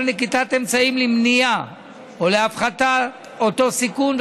נקיטת אמצעים למניעה או להפחתת אותו סיכון,